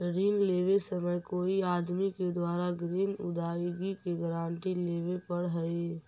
ऋण लेवे समय कोई आदमी के द्वारा ग्रीन अदायगी के गारंटी लेवे पड़ऽ हई